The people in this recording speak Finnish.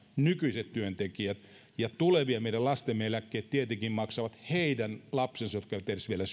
nykyiset työntekijät ja tulevien työntekijöiden meidän lastemme eläkkeet tietenkin maksavat heidän lapsensa jotka eivät ole vielä